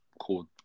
called